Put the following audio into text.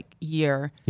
year